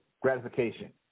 gratification